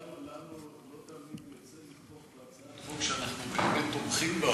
לנו לא תמיד יוצא לתמוך בהצעת חוק שכולנו תומכים בה.